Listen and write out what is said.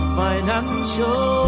financial